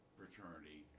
fraternity